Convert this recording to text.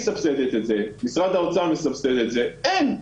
מסבסדת את זה, משרד האוצר מסבסד את זה אין.